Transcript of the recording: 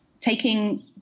taking